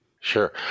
Sure